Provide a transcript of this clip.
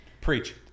preach